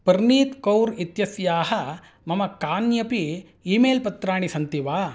पर्नीत् कौर् इत्यस्याः मम कान्यपि ईमेल्पत्राणि सन्ति वा